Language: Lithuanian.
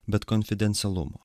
bet konfidencialumo